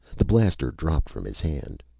the blaster dropped from his hand.